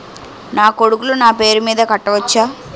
నా కొడుకులు నా పేరి మీద కట్ట వచ్చా?